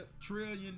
trillion